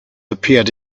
appeared